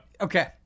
Okay